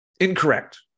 Incorrect